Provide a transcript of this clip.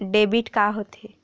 Debit का होथे?